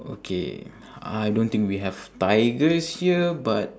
okay I don't think we have tigers here but